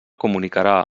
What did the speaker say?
comunicarà